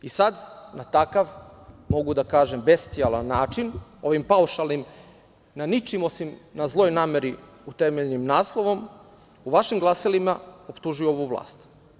Sada na takav, mogu da kažem, bestijalan način, ovim paušalnim na ničim osim na zloj nameri utemeljenim naslovom, u vašim glasilima optužuju ovu vlast.